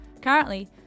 Currently